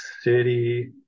city